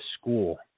school